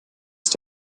ist